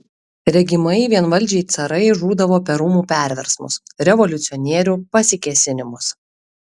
regimai vienvaldžiai carai žūdavo per rūmų perversmus revoliucionierių pasikėsinimus